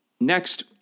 next